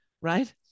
right